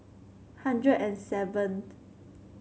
hundred and seventh